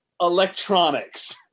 electronics